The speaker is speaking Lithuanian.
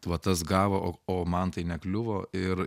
va tas gavo o o man tai nekliuvo ir